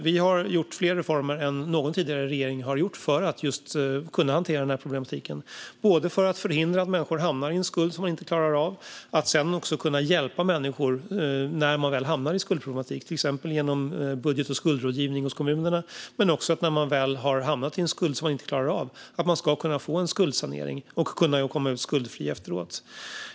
Vi har gjort fler reformer än någon tidigare regering för att kunna hantera den här problematiken, både för att förhindra att människor hamnar i en skuld som de inte klarar av och för att sedan kunna hjälpa människor när de väl hamnar i skuldproblematik, till exempel genom budget och skuldrådgivning hos kommunerna men också genom att man när man väl har hamnat i en skuld som man inte klarar av ska kunna få skuldsanering och kunna komma ut skuldfri efteråt.